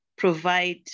provide